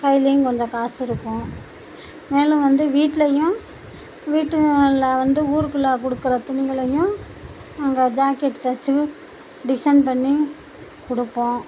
கைலேயும் கொஞ்சம் காசு இருக்கும் மேலும் வந்து வீட்லேயும் வீட்டுங்களில் வந்து ஊருக்குள்ள கொடுக்குற துணிங்களையும் நாங்கள் ஜாக்கெட் தைச்சி டிசைன் பண்ணிக் கொடுப்போம்